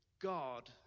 God